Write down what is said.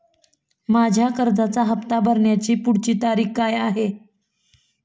माझ्या कर्जाचा हफ्ता भरण्याची पुढची तारीख काय आहे?